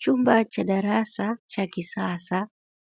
Chumba cha darasa cha kisasa